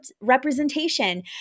representation